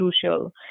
crucial